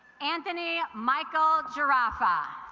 anthony michael jirafa